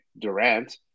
Durant